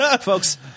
Folks